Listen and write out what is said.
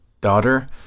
daughter